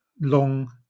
long